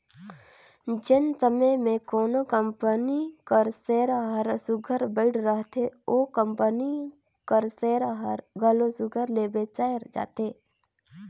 जेन समे में कोनो कंपनी कर सेयर हर सुग्घर बइढ़ रहथे ओ कंपनी कर सेयर हर घलो सुघर ले बेंचाए जाथे